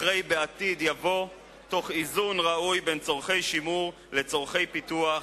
אחרי "בעתיד" יבוא "תוך איזון ראוי בין צורכי שימור לצורכי פיתוח,